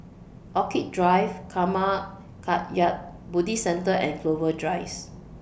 Orchid Drive Karma Kagyud Buddhist Centre and Clover Rise